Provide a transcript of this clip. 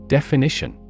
Definition